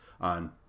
on